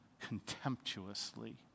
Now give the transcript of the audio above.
contemptuously